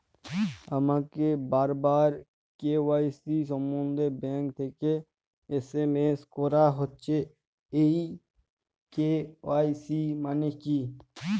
আমাকে বারবার কে.ওয়াই.সি সম্বন্ধে ব্যাংক থেকে এস.এম.এস করা হচ্ছে এই কে.ওয়াই.সি মানে কী?